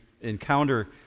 encounter